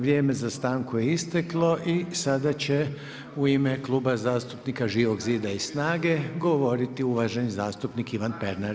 Vrijeme za stanku je isteklo i sada će u ime Kluba zastupnika Živog zida i snage govoriti uvaženi zastupnik Ivan Pernar.